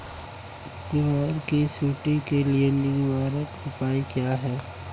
ग्वार की सुंडी के लिए निवारक उपाय क्या है?